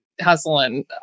hustling